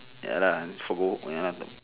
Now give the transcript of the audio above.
ya lah for ya lah